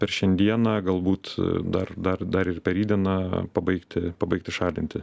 per šiandieną galbūt dar dar dar ir per rytdieną pabaigti pabaigti šalinti